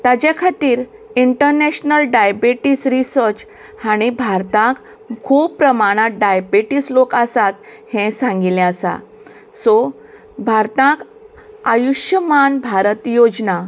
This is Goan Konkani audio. ताज्या खातीर इंटरनॅशनल डायबिटीझ रिसर्च हाणें भारताक खूब प्रमाणांत डायबिटीझ लोक लोक आसात हें सांगिल्लें आसा सो भारताक आयुश्यमान भारत योजना